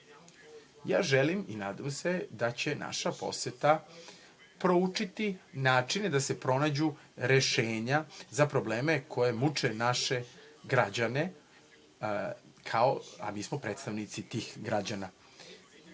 želim i nadam se da će naša poseta proučiti načine da se pronađu rešenja za probleme koji muče naše građane, a mi smo predstavnici tih građana. Svet